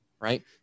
right